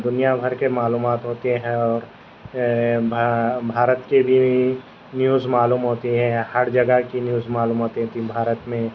دنیا بھر کے معلومات ہوتی ہے اور بھارت کے لیے نیوز معلوم ہوتی ہیں ہر جگہ کی نیوز معلوم ہوتی تھی بھارت میں